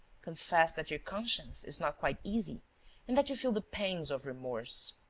confess that your conscience is not quite easy and that you feel the pangs of remorse.